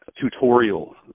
tutorial